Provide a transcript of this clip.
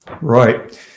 Right